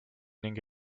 ning